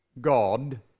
God